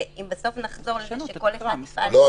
ואם בסוף נחזור לכך שכל אחד יפעל --- לא,